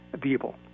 people